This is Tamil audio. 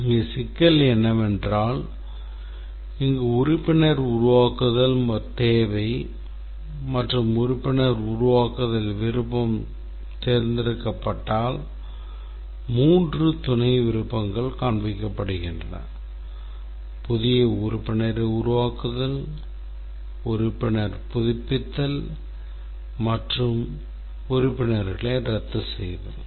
எனவே சிக்கல் என்னவென்றால் இங்கு உறுப்பினர் உருவாக்குதல் தேவை மற்றும் உறுப்பினர் உருவாக்குதல் விருப்பம் தேர்ந்தெடுக்கப்பட்டால் மூன்று துணை விருப்பங்கள் காண்பிக்கப்படுகின்றன புதிய உறுப்பினரை உருவாக்குதல் உறுப்பினர் புதுப்பித்தல் மற்றும் உறுப்பினர்களை ரத்து செய்தல்